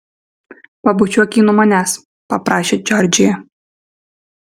pabučiuok jį nuo manęs paprašė džordžija